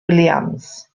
williams